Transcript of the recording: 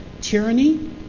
Tyranny